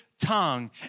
tongue